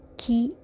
key